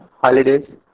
holidays